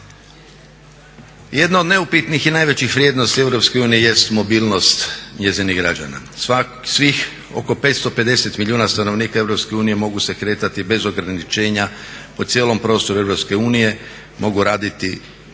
Jedno od neupitnih i najvećih vrijednosti EU jest mobilnost njezinih građana. Svih oko 550 milijuna stanovnika Europske unije mogu se kretati bez ograničenja po cijelom prostoru Europske unije,